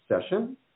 session